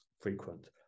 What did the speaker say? frequent